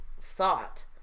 thought